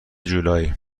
جولای